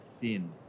thin